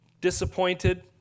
disappointed